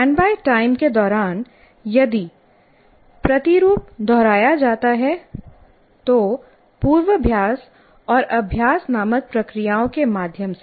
standby time के दौरान यदि प्रतिरूप दोहराया जाता है तो पूर्वाभ्यास और अभ्यास नामक प्रक्रियाओं के माध्यम से